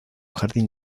jardín